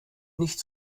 nicht